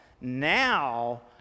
Now